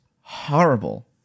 horrible